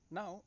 Now